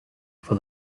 for